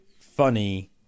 funny